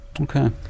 Okay